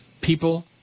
people